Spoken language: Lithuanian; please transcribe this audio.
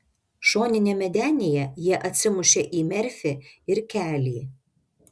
šoniniame denyje jie atsimušė į merfį ir kelį